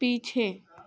पीछे